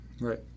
Right